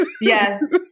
yes